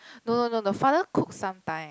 no no no the father cook sometime